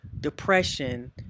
depression